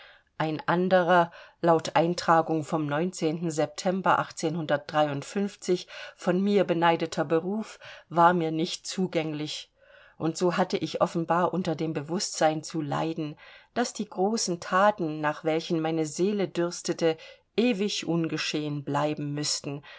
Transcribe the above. ein anderer laut eintragung vom von mir beneideter beruf war mir nicht zugänglich und so hatte ich offenbar unter dem bewußtsein zu leiden daß die großen thaten nach welchen meine seele dürstete ewig ungeschehen bleiben müßten